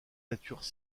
natures